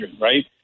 right